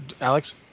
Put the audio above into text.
Alex